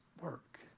work